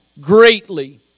greatly